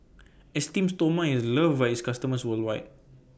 Esteem Stoma IS loved By its customers worldwide